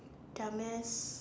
dumb ass